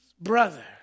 brother